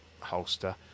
holster